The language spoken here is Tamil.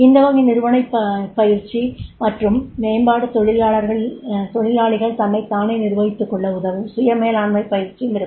இந்த வகை நிறுவனப் பயிற்சி மற்றும் மேம்பாடு தொழிலாளிகள் தன்னை தானே நிர்வகித்துக்கொள்ள உதவும் சுய மேலாண்மை பயிற்சியும் இருக்கும்